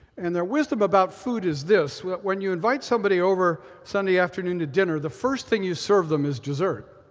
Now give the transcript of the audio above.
and their wisdom about food is this, that when you invite somebody over sunday afternoon to dinner, the first thing you serve them is dessert,